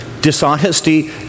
dishonesty